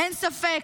אין ספק